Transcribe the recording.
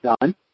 done